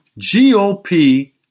GOP